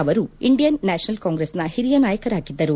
ಅವರು Indian national ಕಾಂಗ್ರೆಸ್ನ ಹಿರಿಯ ನಾಯಕರಾಗಿದ್ದರು